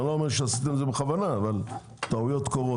אני לא אומר שעשיתם את זה בכוונה, טעויות קורות,